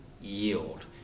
yield